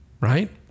right